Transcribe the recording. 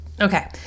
Okay